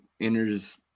enters